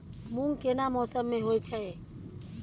मूंग केना मौसम में होय छै?